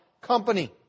company